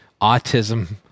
autism